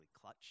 clutch